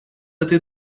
этой